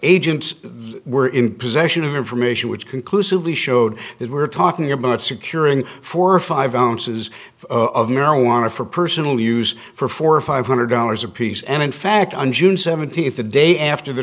agents were in possession of information which conclusively showed that we're talking about securing four or five ounces of marijuana for personal use for four or five hundred dollars apiece and in fact on june seventeenth the day after the